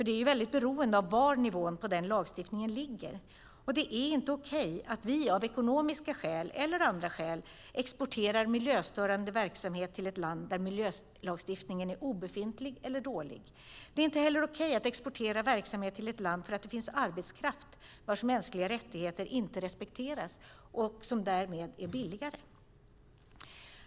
Det är ju väldigt beroende av var nivån på den lagstiftningen ligger, och det är inte okej att vi av ekonomiska eller andra skäl exporterar miljöstörande verksamhet till ett land där miljölagstiftningen är obefintlig eller dålig. Det är inte heller okej att exportera verksamhet till ett land därför att det finns arbetskraft där vars mänskliga rättigheter inte respekteras och som därmed är billigare.